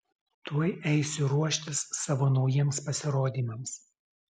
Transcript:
tuoj eisiu ruoštis savo naujiems pasirodymams